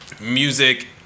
music